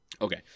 Okay